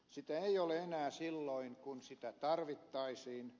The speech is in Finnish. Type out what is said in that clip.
sitä ei ole enää silloin kun sitä tarvittaisiin